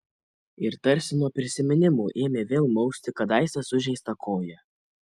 ir tarsi nuo prisiminimų ėmė vėl mausti kadaise sužeistą koją